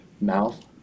mouth